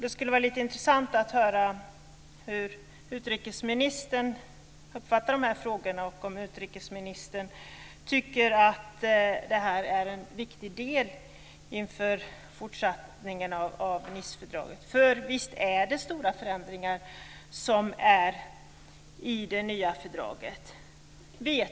Det skulle vara lite intressant att höra hur utrikesministern uppfattar dessa frågor och om hon tycker att detta är en viktig del inför det fortsatta arbetet med Nicefördraget. Visst är det stora förändringar i det nya fördraget.